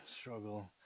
Struggle